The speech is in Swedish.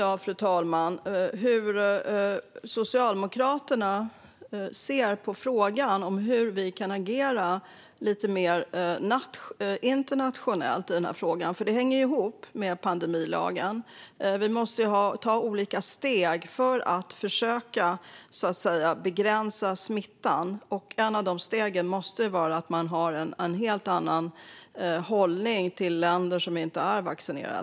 Jag undrar hur Socialdemokraterna ser på frågan om hur vi kan agera mer internationellt i frågan. Det hänger ihop med pandemilagen. Vi måste ta olika steg för att försöka begränsa smittan. Ett av de stegen måste vara en helt annan hållning till länder där befolkningen inte är vaccinerad.